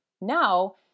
now